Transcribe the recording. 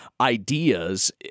ideas